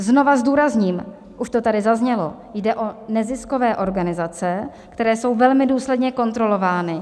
Znova zdůrazním, už to tady zaznělo, jde o neziskové organizace, které jsou velmi důsledně kontrolovány.